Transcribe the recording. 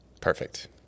perfect